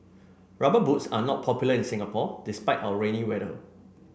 rubber boots are not popular in Singapore despite our rainy weather